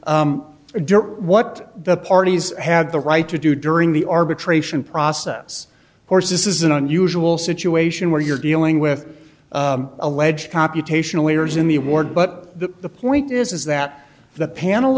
direct what the parties had the right to do during the arbitration process of course this is an unusual situation where you're dealing with alleged computational errors in the award but the point is is that the panel